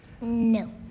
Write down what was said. No